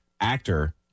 actor